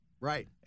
Right